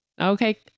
okay